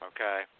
okay